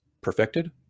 Perfected